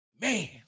Man